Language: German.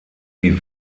die